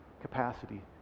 capacity